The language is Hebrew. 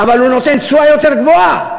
אבל הוא נותן תשואה יותר גבוהה.